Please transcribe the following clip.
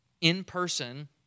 in-person